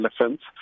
elephants